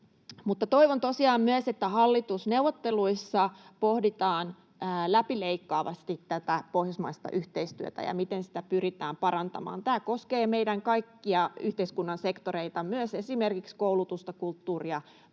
tosiaan myös, että hallitusneuvotteluissa pohditaan läpileikkaavasti tätä pohjoismaista yhteistyötä ja sitä, miten sitä pyritään parantamaan. Tämä koskee meidän kaikkia yhteiskunnan sektoreita, myös esimerkiksi koulutusta, kulttuuria,